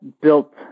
built